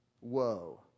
Whoa